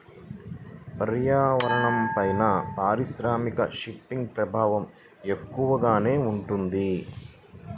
పర్యావరణంపైన పారిశ్రామిక ఫిషింగ్ ప్రభావం ఎక్కువగానే ఉంటుంది